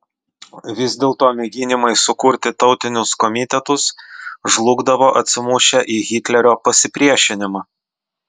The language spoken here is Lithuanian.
vis dėlto mėginimai sukurti tautinius komitetus žlugdavo atsimušę į hitlerio pasipriešinimą